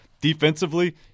defensively